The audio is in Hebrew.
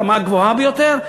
ברמה הגבוהה ביותר,